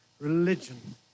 religion